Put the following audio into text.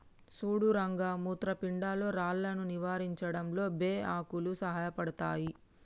సుడు రంగ మూత్రపిండాల్లో రాళ్లను నివారించడంలో బే ఆకులు సాయపడతాయి